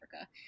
Africa